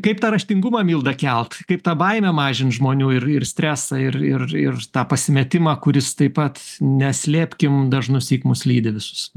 kaip ta raštingumą milda kelk kaip tą baimę mažinti žmonių ir ir stresą ir ir ir tą pasimetimą kuris taip pat neslėpkim dažnu syk mus lydi visus